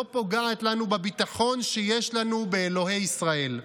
לא פוגעת לנו בביטחון שיש לנו באלוהי ישראל.